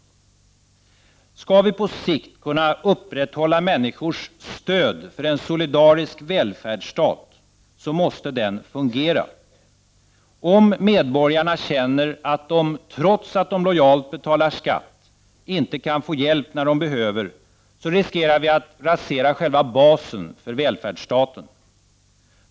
Om vi på sikt skall kunna upprätthålla människors stöd för en solidarisk välfärdsstat, måste den fungera. Om medborgarna känner att de, trots att de lojalt betalar skatt, inte kan få hjälp när de behöver, riskerar vi att själva basen för välfärdsstaten raseras.